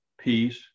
peace